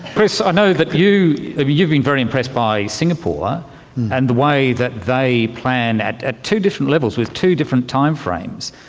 chris, i know that you know you've been very impressed by singapore and the way that they plan at ah two different levels with two different time frames.